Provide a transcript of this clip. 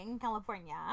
California